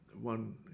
One